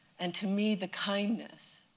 and to me, the kindness